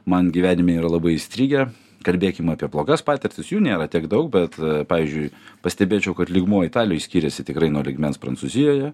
man gyvenime yra labai įstrigę kalbėkim apie blogas patirtis jų nėra tiek daug bet pavyzdžiui pastebėčiau kad lygmuo italijoj skiriasi tikrai nuo lygmens prancūzijoje